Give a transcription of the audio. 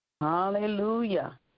Hallelujah